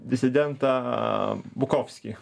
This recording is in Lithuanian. disidentą bukovskį